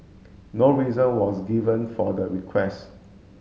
no reason was given for the request